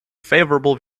favourable